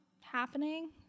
happening